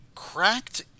Cracked